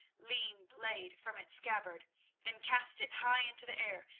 lean blade from its scabbard and cast it high into the air,